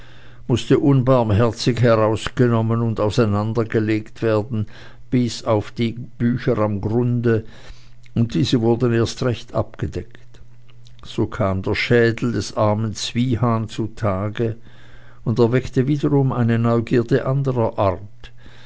mußte unbarmherzig herausgenommen und auseinandergelegt werden bis auf die bücher am grunde und diese wurden erst recht abgedeckt so kam der schädel des armen zwiehan zutage und erweckte wiederum eine neugierde anderer art